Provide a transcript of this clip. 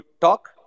talk